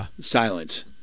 silence